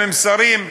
עם שרים,